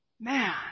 man